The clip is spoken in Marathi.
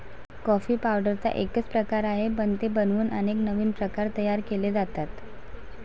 कॉफी पावडरचा एकच प्रकार आहे, पण ते बनवून अनेक नवीन प्रकार तयार केले जातात